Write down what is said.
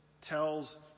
tells